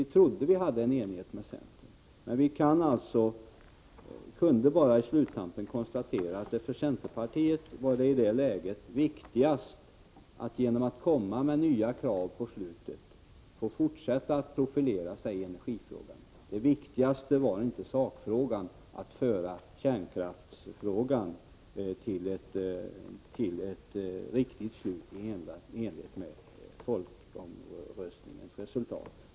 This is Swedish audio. Vi trodde att vi var eniga med centern, men vi kunde på sluttampen konstatera att det för centerpartiet i det läget var viktigast att genom att komma med nya krav få fortsätta att profilera sig i energifrågan; det viktigaste var inte sakfrågan att föra kärnkraftsfrågan till ett riktigt slut i enlighet med folkomröstningens resultat.